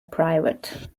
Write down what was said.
pvt